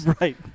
Right